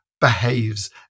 behaves